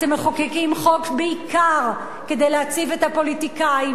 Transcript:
אתם מחוקקים חוק בעיקר כדי להציב את הפוליטיקאים,